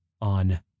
on